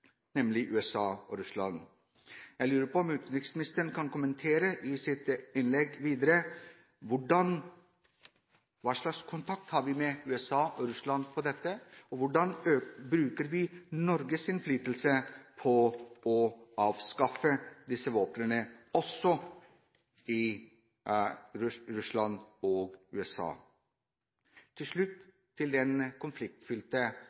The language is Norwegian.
nemlig USA og Russland. Jeg lurer på om utenriksministeren kan kommentere i sitt innlegg videre hva slags kontakt vi har med USA og Russland om dette, og hvordan bruker vi Norges innflytelse for å avskaffe disse våpnene også i Russland og USA. Til slutt til det konfliktfylte